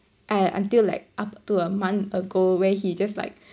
I until like up to a month ago where he just like